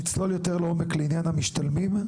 נצלול יותר לעומק בעניין המשתלמים,